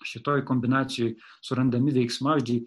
šitoj kombinacijoj surandami veiksmažodžiai